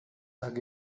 tak